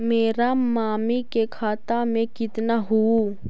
मेरा मामी के खाता में कितना हूउ?